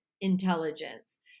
intelligence